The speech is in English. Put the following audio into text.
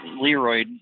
Leroy